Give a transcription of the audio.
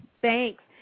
Thanks